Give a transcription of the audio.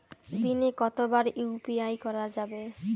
দিনে কতবার ইউ.পি.আই করা যাবে?